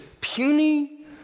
puny